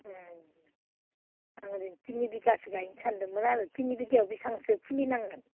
उम आं ओरैनो थिनि बिघासो गायनो सानदोंमोन आरो थिनि बिघायाव बिसिबांसो फुलि नांगोन